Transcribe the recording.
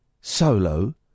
solo